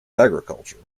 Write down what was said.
agriculture